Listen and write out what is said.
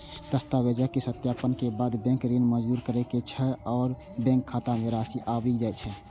दस्तावेजक सत्यापनक बाद बैंक ऋण मंजूर करै छै आ बैंक खाता मे राशि आबि जाइ छै